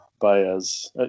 Baez